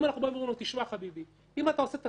פה נכנסים